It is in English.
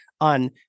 on